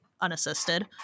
unassisted